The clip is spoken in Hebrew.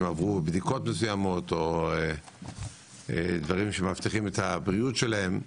שהם עברו בדיקות מסוימות או דברים שמבטיחים את הבריאות שלהם.